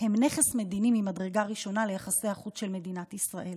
הם נכס מדיני ממדרגה ראשונה ליחסי החוץ של מדינת ישראל,